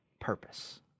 purpose